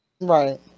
Right